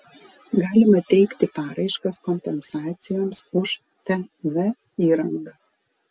galima teikti paraiškas kompensacijoms už tv įrangą